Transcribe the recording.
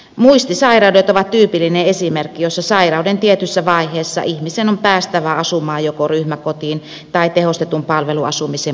muistisairaudet ovat tyypillinen esimerkki jossa sairauden tietyssä vaiheessa ihmisen on päästävä asumaan joko ryhmäkotiin tai tehostetun palveluasumisen muistiyksikköön